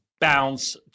bounce